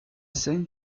same